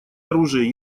оружие